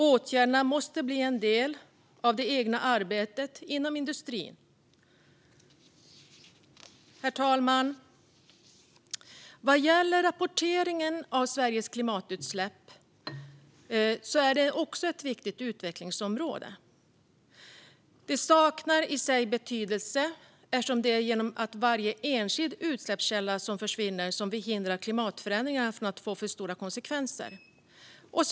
Åtgärderna måste bli en del av det egna arbetet inom industrin. Herr talman! Rapporteringen av Sveriges klimatutsläpp är också ett viktigt utvecklingsområde. Sveriges klimatutsläpp utgör en liten del av de totala utsläppen, vilket i sig saknar betydelse eftersom det är genom att varje enskild utsläppskälla försvinner som vi hindrar klimatförändringarna från att få för stora konsekvenser.